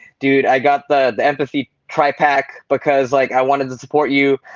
dude i got the the empathy tri-pack because like i wanted to support you.